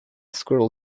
squirrel